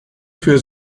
für